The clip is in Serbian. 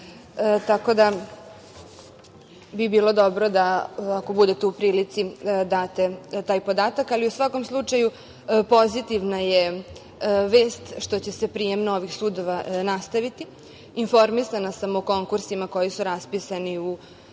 Tako da bi bilo dobro, ako budete u prilici, date taj podataka, ali u svakom slučaju pozitivna je vest što će se prijem novih sudija nastaviti. Informisana o konkursima koji su raspisani u